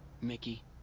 Mickey